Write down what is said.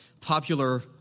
popular